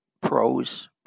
pros